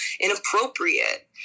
inappropriate